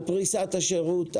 על פריסת השירות,